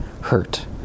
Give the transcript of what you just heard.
hurt